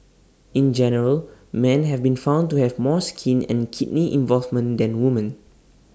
in general man have been found to have more skin and kidney involvement than woman